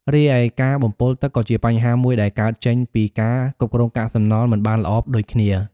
រីឯការបំពុលទឹកក៏ជាបញ្ហាមួយដែលកើតចេញពីការគ្រប់គ្រងកាកសំណល់មិនបានល្អដូចគ្នា។